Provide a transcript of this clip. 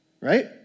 Right